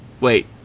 Wait